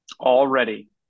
Already